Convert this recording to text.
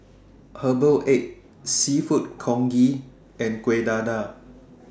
Herbal Egg Seafood Congee and Kueh Dadar